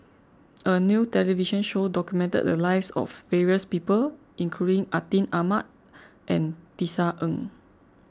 a new television show documented the lives of various people including Atin Amat and Tisa Ng